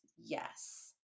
yes